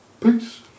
Peace